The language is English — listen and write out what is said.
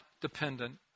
dependent